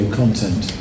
content